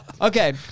Okay